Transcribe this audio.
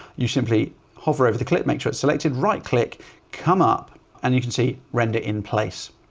you simply hover over the clip, make sure it's selected right click come up and you can see render in place.